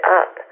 up